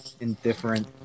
indifferent